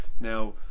Now